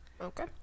Okay